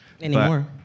Anymore